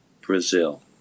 Brazil